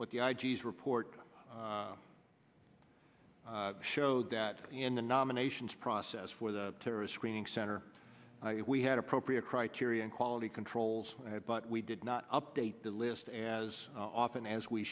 what the i g report showed that in the nominations process for the terrorist screening center we had appropriate criteria and quality controls but we did not update the list as often as we